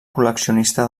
col·leccionista